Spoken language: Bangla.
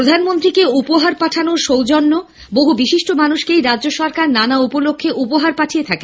প্রধানমন্ত্রীকে উপহার পাঠানো সৌজন্য বহু বিশিষ্ট মানুষকেই রাজ্য সরকার নানা উপলক্ষে উপহার পাঠিয়ে থাকে